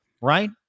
Right